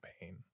pain